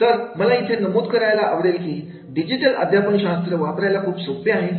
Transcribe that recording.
तरमला इथे काय नमूद करायचे आहे की डिजिटल अध्यापन शास्त्र वापरायला खूप सोपे आहे